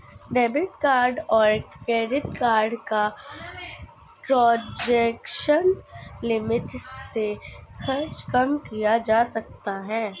debit card और credit card का transaction limit से खर्च कम किया जा सकता है